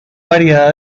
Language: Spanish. variedad